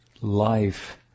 life